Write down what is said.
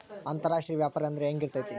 ಅಂತರಾಷ್ಟ್ರೇಯ ವ್ಯಾಪಾರ ಅಂದ್ರೆ ಹೆಂಗಿರ್ತೈತಿ?